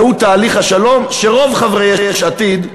והוא תהליך השלום, שרוב חברי יש עתיד,